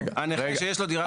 הנכה שיש לו דירת קרקע.